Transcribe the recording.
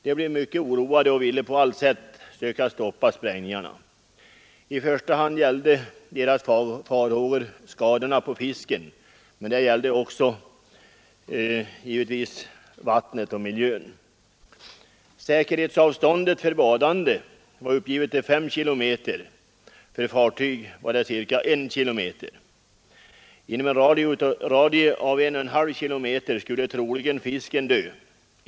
De blev mycket oroade och ville på allt sätt söka stoppa sprängningarna. I första hand gällde deras farhågor skadorna på fisken, men det gällde givetvis även vattnet och miljön. Säkerhetsavståndet för badande var angivet till 5 km, för fartyg ca 1 km. Inom 1,5 km radie skulle troligen fisken dö.